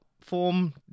form